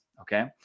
Okay